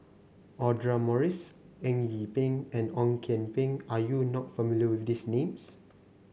Audra Morrice Eng Yee Peng and Ong Kian Peng are you not familiar with these names